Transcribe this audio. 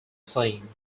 same